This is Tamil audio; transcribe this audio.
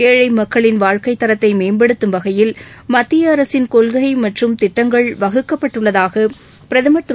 ஏழை மக்களின் வாழ்க்கை தரத்தை மேம்படுத்தும் வகையில் மத்திய அரசின் கொள்கை மற்றும் திட்டங்கள் வகுக்கப்பட்டுள்ளதாக பிரதம் திரு